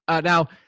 now